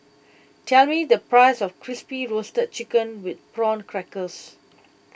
tell me the price of Crispy Roasted Chicken with Prawn Crackers